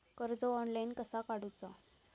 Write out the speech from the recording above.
कर्ज ऑनलाइन कसा काडूचा?